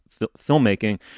filmmaking